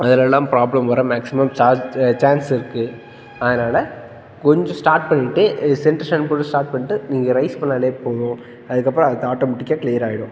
அதில் எல்லாம் ப்ராப்ளம் வர மேக்ஸிமம் சார்ஜ் சான்ஸ் இருக்குது அதனால் கொஞ்சம் ஸ்டார்ட் பண்ணி விட்டு சென்டர் ஸ்டாண்ட் போட்டு ஸ்டார்ட் பண்ணிட்டு நீங்கள் ரைஸ் பண்ணிணாலே போதும் அதுக்கப்புறம் அது தா ஆட்டோமேட்டிக்காக க்ளியர் ஆகிடும்